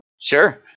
Sure